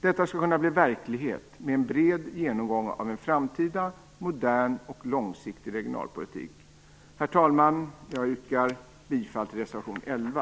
Detta skulle kunna bli verklighet med en bred genomgång av en framtida modern och långsiktig regionalpolitik. Herr talman! Jag yrkar bifall till reservation 11.